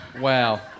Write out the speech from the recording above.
Wow